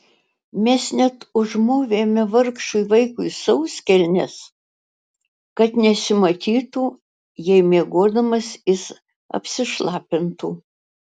mes net užmovėme vargšui vaikui sauskelnes kad nesimatytų jei miegodamas jis apsišlapintų